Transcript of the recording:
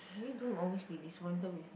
can you don't always be disappointed with me